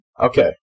Okay